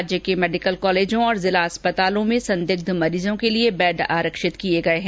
राज्य के मेडिकल कॉलेजों तथा जिला अस्पतालों में संदिग्ध मरीजों के लिए बैड आरक्षित किए गए हैं